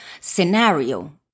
scenario